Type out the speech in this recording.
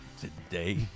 today